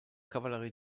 kavallerie